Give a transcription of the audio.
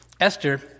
Esther